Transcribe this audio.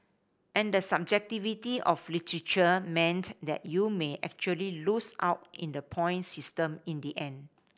and the subjectivity of literature meant that you may actually lose out in the point system in the end